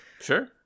Sure